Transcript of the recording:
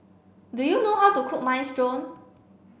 do you know how to cook Minestrone